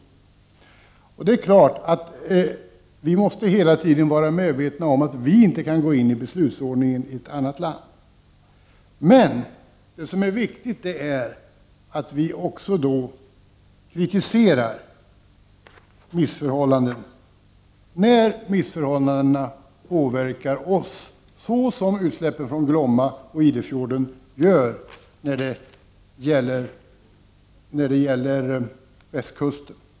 Vi måste hela tiden vara medvetna om att vi inte kan gå in i beslutsordningen i ett annat land, men det som är viktigt är att vi kritiserar missförhållanden när de påverkar oss, så som utsläppen från Glåma och Idefjorden påverkar västkusten.